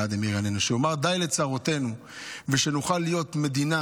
אלהא דרבי מאיר ענני" שיאמר די לצרותינו ושנוכל להיות מדינה